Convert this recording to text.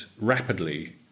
rapidly